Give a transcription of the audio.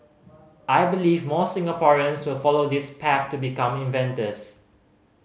I believe more Singaporeans will follow this path to become inventors